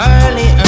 Early